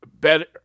Better